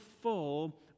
full